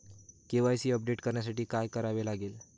KYC update करण्यासाठी काय करावे लागेल?